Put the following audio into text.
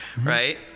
right